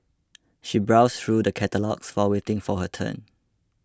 she browsed through the catalogues while waiting for her turn